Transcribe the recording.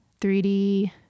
3d